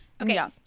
okay